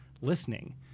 listening